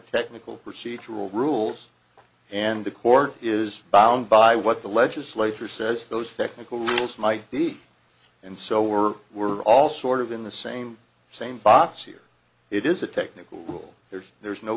procedural rules and the court is bound by what the legislature says those technical rules might be and so we're we're all sort of in the same same box here it is a technical rule there's there's no